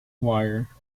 wire